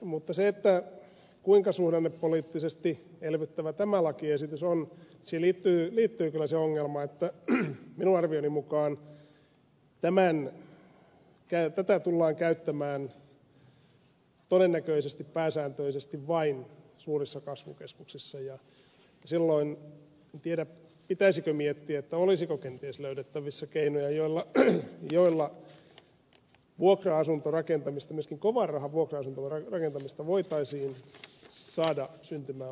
mutta siihen kuinka suhdannepoliittisesti elvyttävä tämä lakiesitys on liittyy kyllä se ongelma että minun arvioni mukaan tätä tullaan käyttämään todennäköisesti pääsääntöisesti vain suurissa kasvukeskuksissa ja silloin en tiedä pitäisikö miettiä olisiko kenties löydettävissä keinoja joilla vuokra asuntorakentamista myöskin kovan rahan vuokra asuntorakentamista voitaisiin saada syntymään laajemmaltikin